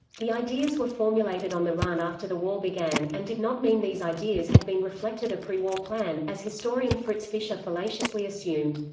the ideas were formulated on the run after the war began, and did not mean these ideas had been reflected a prewar plan, as historian fritz fischer fallaciously assumed.